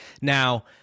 Now